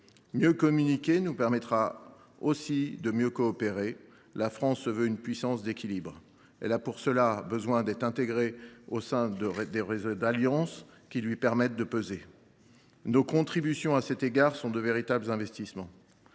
Mieux communiquer nous permettra aussi de mieux coopérer. La France se veut une puissance d’équilibre. Elle a pour cela besoin d’être intégrée au sein de réseaux d’alliances qui lui permettent de peser. Nos contributions à cet égard sont de véritables investissements.